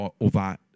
over